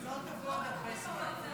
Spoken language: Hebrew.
היא לא תבוא עוד הרבה זמן.